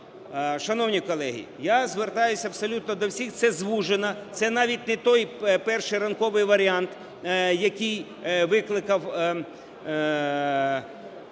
Шановні колеги, я звертаюсь абсолютно до всіх, це звужена, це навіть не той перший ранковий варіант, який викликав